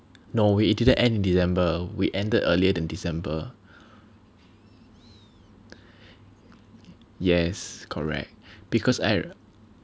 no we didn't end in December we ended earlier than December yes correct because I